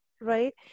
Right